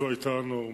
זאת היתה הנורמה,